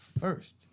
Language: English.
first